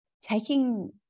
taking